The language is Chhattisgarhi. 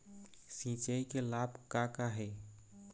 सिचाई के लाभ का का हे?